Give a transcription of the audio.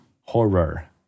Horror